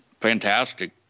fantastic